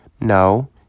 No